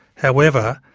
however,